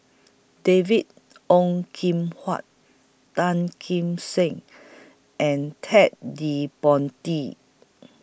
David Ong Kim Huat Tan Kim Seng and Ted De Ponti